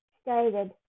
stated